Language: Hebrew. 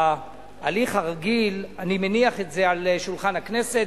בהליך הרגיל אני מניח את זה על שולחן הכנסת,